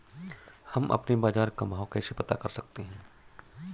हम अपने बाजार का भाव कैसे पता कर सकते है?